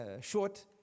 short